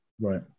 Right